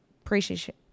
appreciation